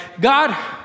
God